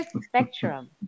spectrum